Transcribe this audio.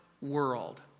world